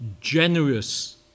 generous